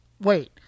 wait